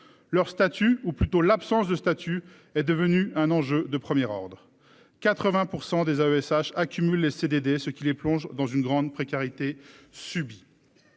Leur statut ou plutôt l'absence de statuts est devenue un enjeu de premier ordre. 80% des AESH accumulent les CDD, ce qui les plonge dans une grande précarité subie.